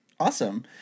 Awesome